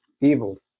evil